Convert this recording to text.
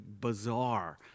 bizarre